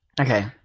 Okay